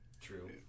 True